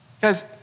Guys